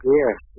yes